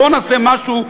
בואו נעשה משהו,